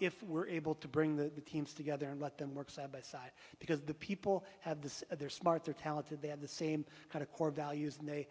if we're able to bring the teams together and let them work side by side because the people have this they're smart they're talented they have the same kind of core values and they